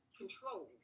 control